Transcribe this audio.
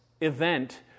event